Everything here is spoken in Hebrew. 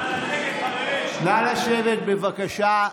נא לשבת, בבקשה.